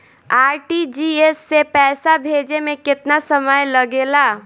RTGS से पैसा भेजे में केतना समय लगे ला?